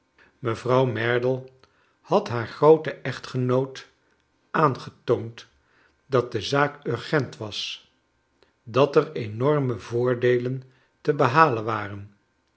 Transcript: mevrouw merdle had haar grooten echtgenoot aangetoond dat de zaak urgent was dat er enorme voordeelen te behalen waren